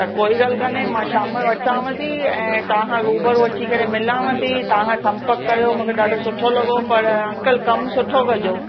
त कोई ॻाल्हि कान्हे मां शाम जो अचांव थी ऐं तव्हांखां रूबरु अची करे मिलांव थी तव्हांखां संपर्क कयो मूंखे ॾाढो सुठो लॻो पर अंकल कमु सुठो कजो